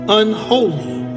unholy